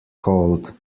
called